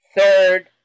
third